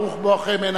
ברוך בואכם הנה.